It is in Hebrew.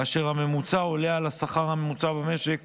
והממוצע עולה על השכר הממוצע במשק